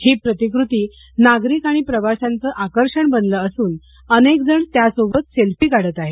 ही प्रतिकृती नागरिक आणि प्रवाशांचं आकर्षण बनलं असून अनेकजण त्यासोबत सेल्फी काढत आहेत